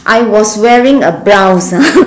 I was wearing a blouse ah